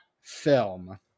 film